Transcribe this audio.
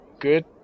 good